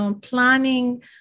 planning